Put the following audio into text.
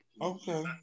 Okay